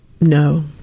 No